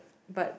but